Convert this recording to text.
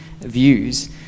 views